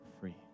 free